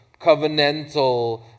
covenantal